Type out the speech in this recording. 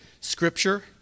scripture